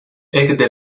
ekde